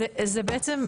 זוהי, בעצם,